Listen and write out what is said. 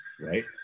right